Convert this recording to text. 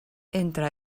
entre